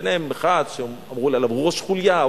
ביניהם אחד שאמרו עליו ראש חוליה,